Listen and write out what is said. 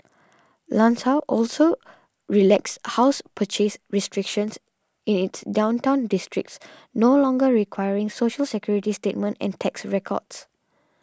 Lanzhou also relaxed house purchase restrictions in its downtown districts no longer requiring Social Security statement and tax records